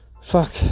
fuck